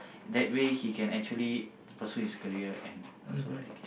that way he can actually pursue his career and also education